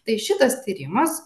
tai šitas tyrimas